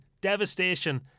devastation